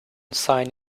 sign